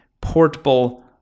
portable